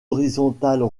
horizontales